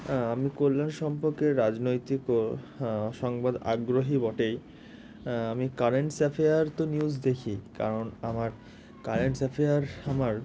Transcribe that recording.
হ্যাঁ আমি কল্যাণ সম্পর্কে রাজনৈতিক ও সংবাদে আগ্রহী বটেই আমি কারেন্ট অ্যাফেয়ার্স তো নিউজ দেখি কারণ আমার কারেন্ট অ্যাফেয়ার্স আমার